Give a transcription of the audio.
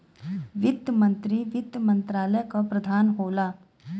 वित्त मंत्री वित्त मंत्रालय क प्रधान होला